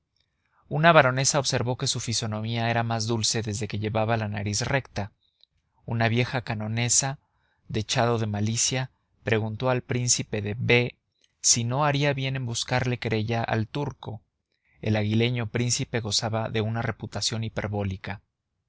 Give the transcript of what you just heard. una baronesa observó que su fisonomía era más dulce desde que llevaba la nariz recta una vieja canonesa dechado de malicia preguntó al príncipe de b si no haría bien en buscarle querella al turco el aguileño príncipe gozaba de una reputación hiperbólica